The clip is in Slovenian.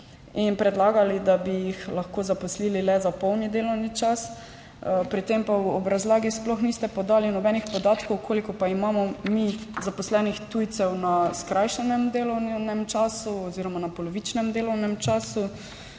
in predlagali, da bi jih lahko zaposlili le za polni delovni čas. Pri tem pa ob razlagi sploh niste podali nobenih podatkov, koliko pa imamo mi zaposlenih tujcev na skrajšanem delovnem času oziroma na polovičnem delovnem času.